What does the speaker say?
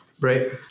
Right